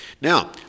Now